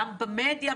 גם במדיה,